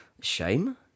Shame